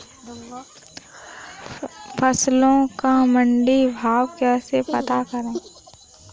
फसलों का मंडी भाव कैसे पता करें?